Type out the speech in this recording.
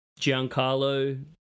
Giancarlo